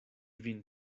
vin